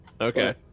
Okay